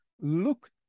look